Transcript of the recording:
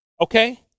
Okay